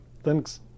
thanks